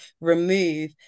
remove